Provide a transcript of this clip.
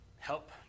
help